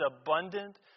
abundant